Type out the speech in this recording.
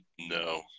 no